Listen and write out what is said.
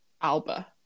Alba